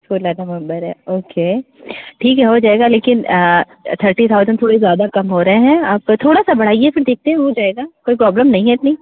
सोलह नवम्बर है ओके ठीक है हो जाएगा लेकिन थर्टी थाउजेंड थोड़े ज़्यादा कम हो रहे हैं आप थोड़ा सा बढ़ाइए देखते हैं हो जाएगा होगा अगर नहीं है इतनी